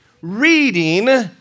Reading